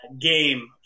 game